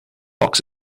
box